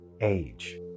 age